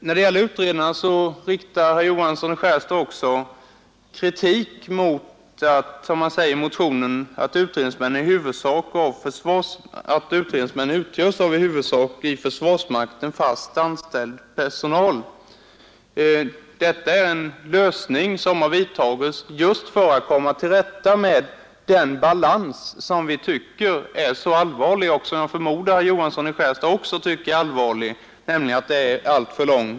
När det gäller utredarna riktar herr Johansson i Skärstad också kritik mot, som det heter i motionen, att utredningsmännen utgörs av i huvudsak i försvarsmakten fast anställd personal. Det är en lösning som har gjorts just för att man skall komma till rätta med den balans som vi tycker är mycket allvarlig — och som jag förmodar att herr Johansson i Skärstad också tycker är allvarlig — och som gör att väntetiden är alltför lång.